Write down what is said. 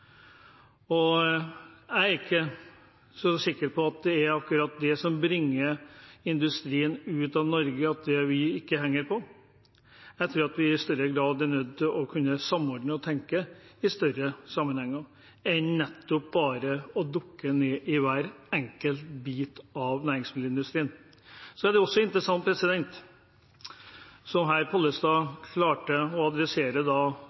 Jeg er ikke så sikker på at det er akkurat det som bringer industrien ut av Norge, at vi ikke henger med. Jeg tror at vi i større grad er nødt til å kunne samordne og tenke i større sammenhenger enn bare å dukke ned i hver enkelt bit av næringsmiddelindustrien. Så er det også interessant det som representanten Pollestad klarte å adressere